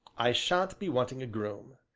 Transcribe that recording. i sha'n't be wanting a groom.